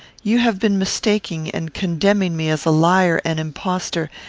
you have been mistaken in condemning me as a liar and impostor,